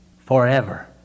Forever